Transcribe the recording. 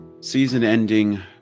season-ending